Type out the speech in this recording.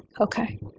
ok.